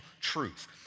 truth